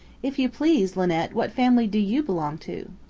if you please, linnet, what family do you belong to?